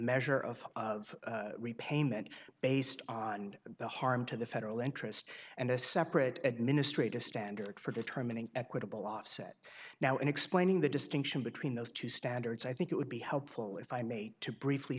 measure of repayment based on the harm to the federal interest and a separate administrative standard for determining equitable offset now in explaining the distinction between those two standards i think it would be helpful if i may to briefly